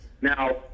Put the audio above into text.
Now